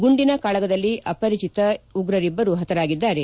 ಗುಂಡಿನ ಕಾಳಗದಲ್ಲಿ ಅಪರಿಚಿತ ಉಗ್ರರಬ್ಲರು ಹತರಾಗಿದ್ದಾರೆ